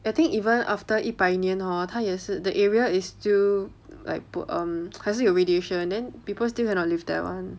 I think even after 一百年 hor 它也是 the area is still like 不 err 还有 radiation then people still cannot live there [one]